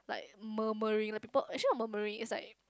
like murmuring like people actually not murmuring it's like